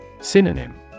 Synonym